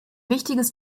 wichtiges